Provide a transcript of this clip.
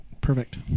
Perfect